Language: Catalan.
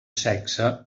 sexe